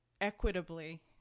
equitably